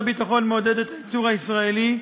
משרד הביטחון מעודד את הייצור הישראלי,